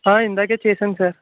ఆ ఇందాకే చేసాం సార్